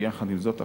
ויחד עם זאת,